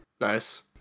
Nice